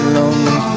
lonely